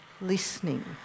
listening